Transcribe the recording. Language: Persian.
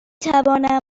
توانم